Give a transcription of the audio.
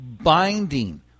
binding